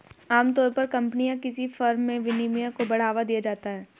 आमतौर पर कम्पनी या किसी फर्म में विनियमन को बढ़ावा दिया जाता है